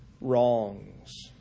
wrongs